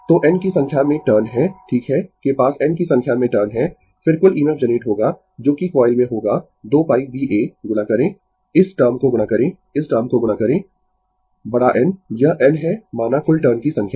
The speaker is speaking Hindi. तो n की संख्या में टर्न है ठीक है के पास n की संख्या में टर्न है फिर कुल EMF जनरेट होगा जो कि कॉइल में होगा 2 π B A गुणा करें इस टर्म को गुणा करें इस टर्म को गुणा करें बड़ा N यह N है माना कुल टर्न की संख्या